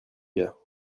gars